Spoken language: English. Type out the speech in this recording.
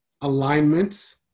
alignments